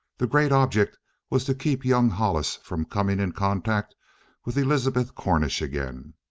the great object was to keep young hollis from coming in contact with elizabeth cornish again.